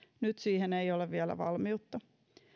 nyt siihen ei ole vielä valmiutta